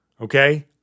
Okay